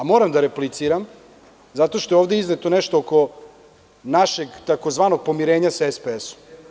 Moram da repliciram, zato što je ovde izneto nešto od tzv. našeg pomirenja sa SPS-om.